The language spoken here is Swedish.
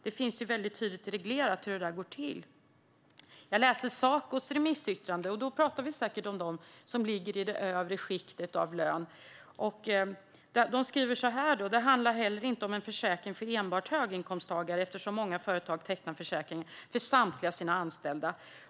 Det finns väldigt tydligt reglerat hur det där går till. Jag har läst Sacos remissvar. Då pratar vi säkert om dem som ligger i det övre löneskiktet. Saco skriver: "Det handlar heller inte om en försäkring för enbart höginkomsttagare eftersom många företag tecknar försäkringen för samtliga sina anställda."